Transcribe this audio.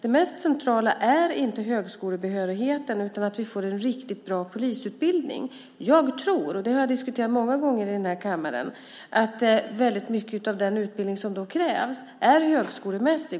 Det mest centrala är inte högskolebehörigheten, utan att vi får en riktigt bra polisutbildning. Jag har diskuterat detta många gånger i den här kammaren. Jag tror att mycket av den utbildning som då krävs är högskolemässig.